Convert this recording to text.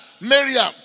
Miriam